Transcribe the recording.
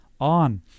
on